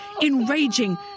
enraging